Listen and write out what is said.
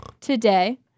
today